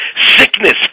sickness